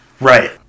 Right